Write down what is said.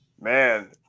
Man